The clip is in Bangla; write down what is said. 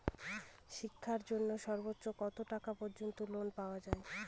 শিক্ষার জন্য সর্বোচ্চ কত টাকা পর্যন্ত লোন পাওয়া য়ায়?